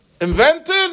invented